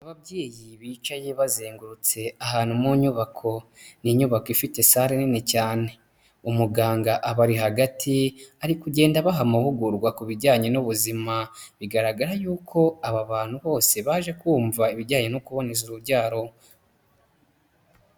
Ababyeyi bicaye bazengurutse ahantu mu nyubako, n'inyubako ifite sare nini cyane. Umuganga aba ari hagati ariko ugenda abaha amahugurwa kubi bijyanye n'ubuzima, bigaragara yuko aba bantu bose baje kumva ibijyanye no kuboneza urubyaro.